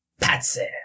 Patsy